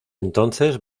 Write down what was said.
entonces